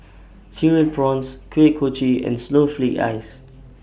Cereal Prawns Kuih Kochi and Snowflake Ice